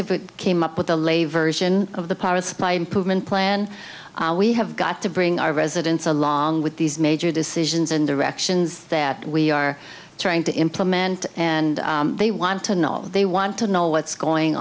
if it came up with the lavers and of the power supply improvement plan we have got to bring our residents along with these major decisions and directions that we are trying to implement and they want to know they want to know what's going